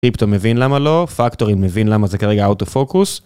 קריפטו מבין למה לא, פקטורין מבין למה זה כרגע אוטו פוקוס